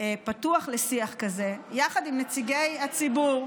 פתוח לשיח כזה יחד עם נציגי הציבור,